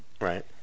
Right